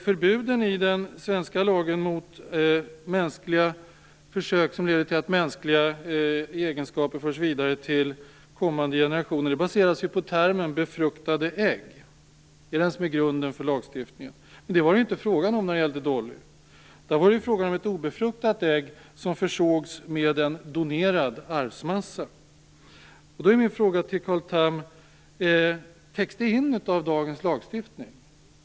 Förbuden i den svenska lagen mot försök på människor som leder till att mänskliga egenskaper förs vidare till kommande generationer baseras på termen befruktade ägg. Det är grunden för lagstiftningen, men det var det inte fråga om beträffande Dolly. Där var det fråga om ett obefruktat ägg som försågs med donerad arvsmassa. Täcks detta in av dagens lagstiftning?